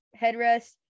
headrest